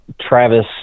Travis